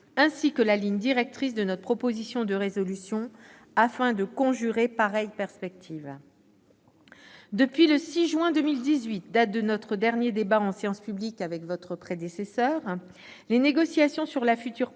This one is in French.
ainsi que la ligne directrice qui sous-tend notre proposition de résolution, afin de conjurer pareille perspective. Depuis le 6 juin 2018, date de notre dernier débat en séance publique avec votre prédécesseur, monsieur le ministre,